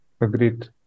Agreed